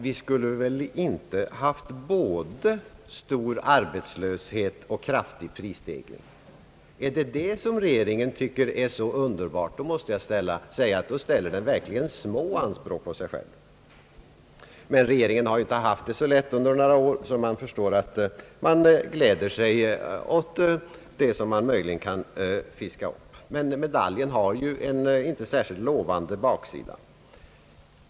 Vi skulle väl inte ha haft både stor arbetslöshet och kraftig prisstegring! Är det detta som regeringen tycker är så underbart? I så fall ställer den verkligen små anspråk på sig själv. Men regeringen har ju inte haft det så lätt under några år, så man förstår att den gläder sig åt det som möjligen går att fiska upp. Medaljen har en inte särskilt lovande baksida.